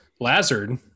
Lazard